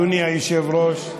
אדוני היושב-ראש,